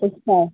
अच्छा